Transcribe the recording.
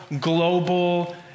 global